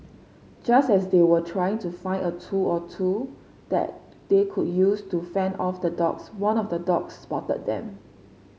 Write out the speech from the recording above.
just as they were trying to find a tool or two that they could use to fend off the dogs one of the dogs spotted them